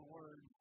Word